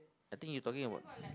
I think you talking about